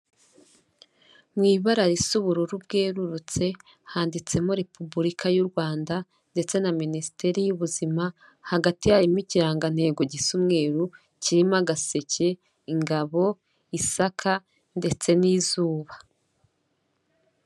Mu ibara risa ubururu bwerurutse handitsemo Repubulika y'u Rwanda ndetse na Minisiteri y'Ubuzima, hagati harimo ikirangantego gisa umweru, kirimo agaseke, ingabo, isaka ndetse n'izuba.